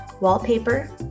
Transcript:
Wallpaper